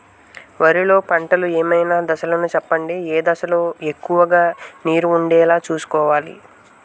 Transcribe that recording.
వరిలో పంటలు ఏమైన దశ లను చెప్పండి? ఏ దశ లొ ఎక్కువుగా నీరు వుండేలా చుస్కోవలి?